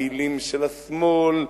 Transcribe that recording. פעילים של השמאל,